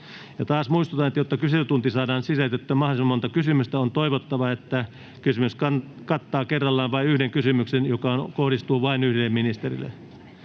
Taas muistutan, että jotta kyselytuntiin saadaan sisällytettyä mahdollisimman monta kysymystä, on toivottavaa, että kysymys kattaa kerrallaan vain yhden kysymyksen, joka kohdistuu vain yhdelle ministerille.